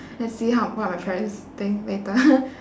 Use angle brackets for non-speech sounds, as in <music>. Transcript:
let's see how what my parents think later <laughs>